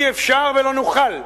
אי-אפשר, ולא נוכל,